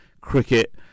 cricket